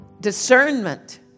discernment